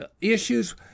issues